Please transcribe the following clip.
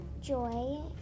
joy